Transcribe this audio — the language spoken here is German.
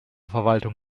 verwaltung